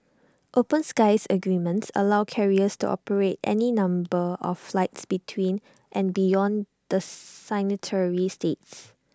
open skies agreements allow carriers to operate any number of flights between and beyond the signatory states